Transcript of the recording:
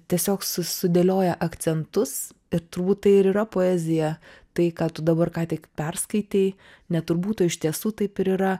tiesiog su sudėlioja akcentus ir turbūt tai ir yra poezija tai ką tu dabar ką tik perskaitei ne turbūt o iš tiesų taip ir yra